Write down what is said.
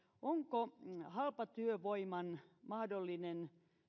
onko halpatyövoiman mahdollinen